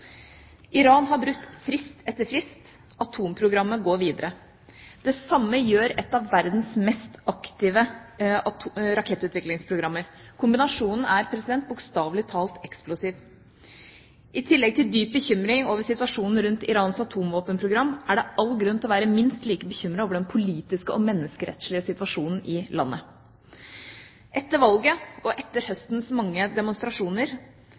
Iran har brutt frist etter frist. Atomprogrammet går videre, det samme gjør et av verdens mest aktive rakettutviklingsprogrammer. Kombinasjonen er bokstavelig talt eksplosiv. I tillegg til dyp bekymring over situasjonen rundt Irans atomvåpenprogram er det all grunn til å være minst like bekymret over den politiske og menneskerettslige situasjonen i landet. Etter valget og etter høstens mange demonstrasjoner